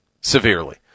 severely